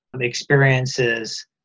experiences